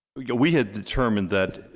yeah we had determined that